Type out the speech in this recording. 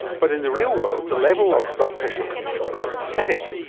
but in the real world, the level of blood pressure control is pathetic.